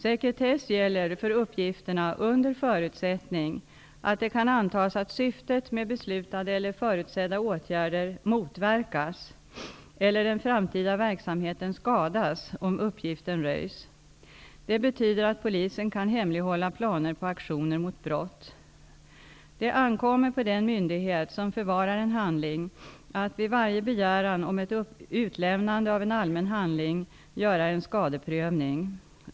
Sekretess gäller för uppgifterna under förutsättning att det kan antas att syftet med beslutade eller förutsedda åtgärder motverkas eller den framtida verksamheten skadas om uppgiften röjs. Det betyder att Polisen kan hemlighålla planer på aktioner mot brott. Det ankommer på den myndighet som förvarar en handling att vid varje begäran om ett utlämnande av en allmän handling göra en skadeprövning.